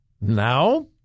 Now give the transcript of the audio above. now